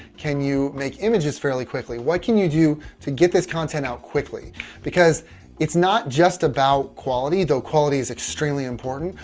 can you make images fairly quickly? what can you do to get this content out quickly because it's not just about quality though quality is extremely important.